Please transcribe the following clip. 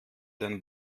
den